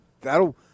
that'll